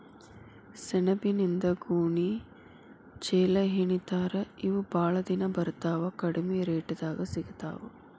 ಸೆಣಬಿನಿಂದ ಗೋಣಿ ಚೇಲಾಹೆಣಿತಾರ ಇವ ಬಾಳ ದಿನಾ ಬರತಾವ ಕಡಮಿ ರೇಟದಾಗ ಸಿಗತಾವ